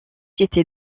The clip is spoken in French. était